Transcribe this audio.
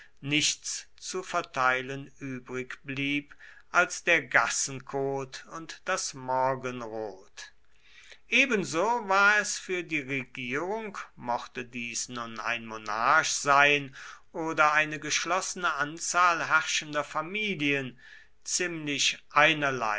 nichts zu verteilen übrig blieb als der gassenkot und das morgenrot ebenso war es für die regierung mochte dies nun ein monarch sein oder eine geschlossene anzahl herrschender familien ziemlich einerlei